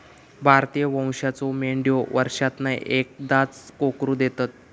भारतीय वंशाच्यो मेंढयो वर्षांतना एकदाच कोकरू देतत